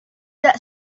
that